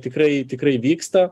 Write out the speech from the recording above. tikrai tikrai vyksta